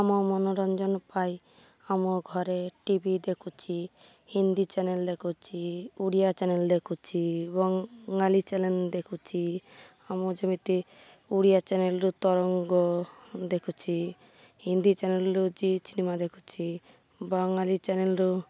ଆମ ମନୋରଞ୍ଜନ ପାଇଁ ଆମ ଘରେ ଟି ଭି ଦେଖୁଛି ହିନ୍ଦୀ ଚ୍ୟାନେଲ୍ ଦେଖୁଛି ଓଡ଼ିଆ ଚ୍ୟାନେଲ୍ ଦେଖୁଛି ବଙ୍ଗାଲି ଚ୍ୟାନେଲ୍ ଦେଖୁଛି ଆମ ଯେମିତି ଓଡ଼ିଆ ଚ୍ୟାନେଲ୍ରୁ ତରଙ୍ଗ ଦେଖୁଛି ହିନ୍ଦୀ ଚ୍ୟାନେଲ୍ରୁ ଜି ସିନେମା ଦେଖୁଛି ବଙ୍ଗାଲି ଚ୍ୟାନେଲରୁ